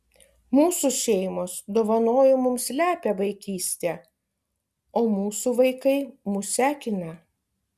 mūsų šeimos dovanojo mums lepią vaikystę o mūsų vaikai mus sekina